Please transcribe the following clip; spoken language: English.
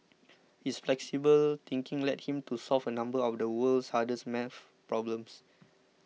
his flexible thinking led him to solve a number of the world's hardest math problems